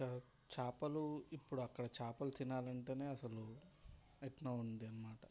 చేపలు ఇప్పుడు అక్కడ చేపలు తినాలి అంటేనే అసలు ఎలానో ఉంది అనమాట